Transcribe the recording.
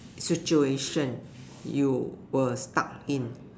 situation you were stuck in